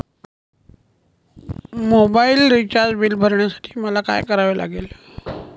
Mobile recharge bill भरण्यासाठी मला काय करावे लागेल?